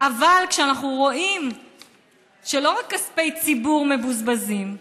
אבל כשאנחנו רואים שלא רק כספי ציבור מבוזבזים,